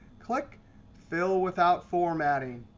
click fill without formatting.